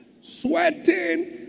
sweating